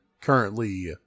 currently